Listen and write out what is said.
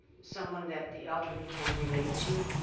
someone that the elderly can relate to.